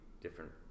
different